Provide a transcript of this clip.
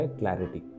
clarity